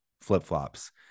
flip-flops